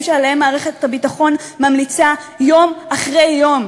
שעליהם מערכת הביטחון ממליצה יום אחרי יום